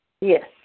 Yes